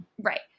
Right